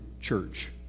church